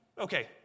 okay